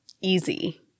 easy